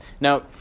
Now